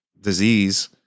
disease